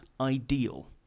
ideal